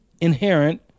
inherent